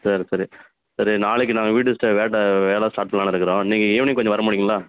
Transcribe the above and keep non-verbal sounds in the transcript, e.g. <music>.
சரி சரி சரி நாளைக்கு நாங்கள் வீட்டு <unintelligible> வேலை ஸ்டார்ட் பண்ணலாம்னு இருக்கிறோம் நீங்கள் ஈவினிங் கொஞ்சம் வரமுடியும்ங்களா